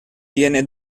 tiene